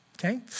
okay